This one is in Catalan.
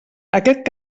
aquest